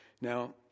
Now